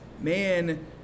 man